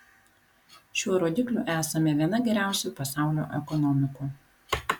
šiuo rodikliu esame viena geriausių pasaulio ekonomikų